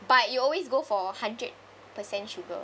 but you always go for hundred percent sugar